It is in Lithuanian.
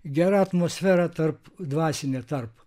gera atmosfera tarp dvasinio tarpo